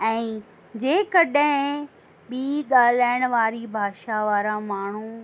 ऐं जेकॾहिं ॿी ॻाल्हाइण वारी भाषा वारा माण्हू